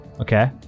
Okay